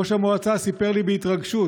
ראש המועצה סיפר לי בהתרגשות